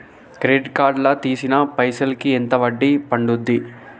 Credit card లా తీసిన పైసల్ కి ఎంత వడ్డీ పండుద్ధి?